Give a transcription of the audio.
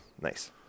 nice